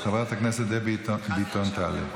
אז חברת הכנסת דבי ביטון תעלה.